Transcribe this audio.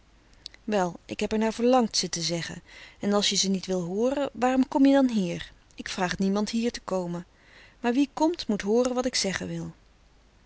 wel ik heb er naar verlangd ze te zeggen en als je ze niet wil hooren waarom kom je dan hier ik vraag niemand hier te komen maar wie komt moet hooren wat ik zeggen wil